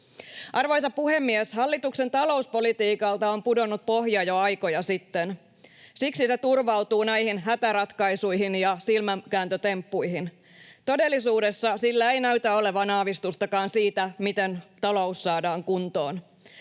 Arvoisa puhemies! Hallituksen talouspolitiikalta on pudonnut pohja jo aikoja sitten. Siksi se turvautuu näihin hätäratkaisuihin ja silmänkääntötemppuihin. Todellisuudessa sillä ei näytä olevan aavistustakaan siitä, miten talous saadaan kuntoon.